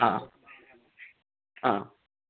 ആ അ